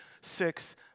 six